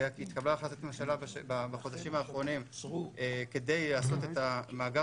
התקבלה החלטת ממשלה בחודשים האחרונים כדי לעשות מאגר